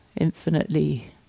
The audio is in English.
infinitely